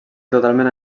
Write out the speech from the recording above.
totalment